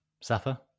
Safa